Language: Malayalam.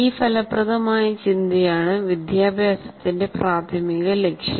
ഈ ഫലപ്രദമായ ചിന്തയാണ് വിദ്യാഭ്യാസത്തിൻറെ പ്രാഥമിക ലക്ഷ്യം